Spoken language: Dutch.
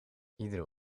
iedere